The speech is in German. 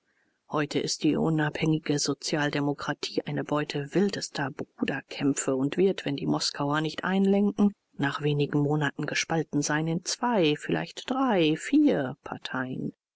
heute ist die unabhängige sozialdemokratie eine beute wildester bruderkämpfe und wird wenn die moskauer nicht einlenken nach wenigen monaten gespalten sein in zwei vielleicht drei vier parteien